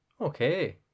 Okay